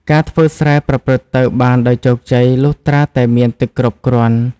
ការធ្វើស្រែប្រព្រឹត្តទៅបានដោយជោគជ័យ លុះត្រាតែមានទឹកគ្រប់គ្រាន់។